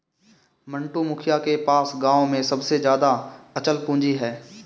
मंटू, मुखिया के पास गांव में सबसे ज्यादा अचल पूंजी है